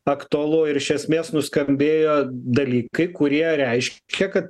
aktualu ir iš esmės nuskambėjo dalykai kurie reiškia ka